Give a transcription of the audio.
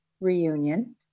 reunion